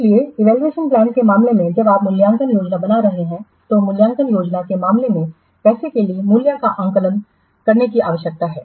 इसलिए evaluation plan के मामले में जब आप मूल्यांकन योजना बना रहे हैं तो मूल्यांकन योजना के मामले में पैसे के लिए मूल्य का आकलन करने की आवश्यकता है